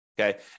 Okay